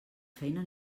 feina